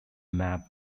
map